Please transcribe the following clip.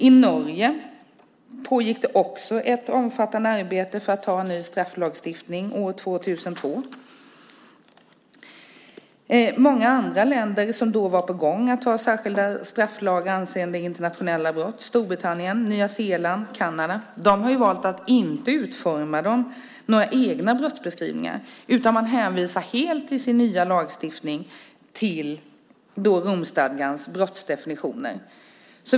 I Norge pågick det också ett omfattande arbete med att anta en ny strafflagstiftning år 2002. Många andra länder som då var på gång att anta särskilda strafflagar avseende internationella brott - Storbritannien, Nya Zeeland, Kanada - har valt att inte utforma några egna brottsbeskrivningar utan hänvisar i sin nya lagstiftning helt till Romstadgans brottsdefinitioner.